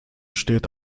steht